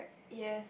yes